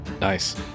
Nice